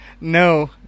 no –